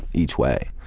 each way.